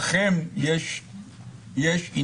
לכם יש עניין,